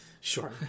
Sure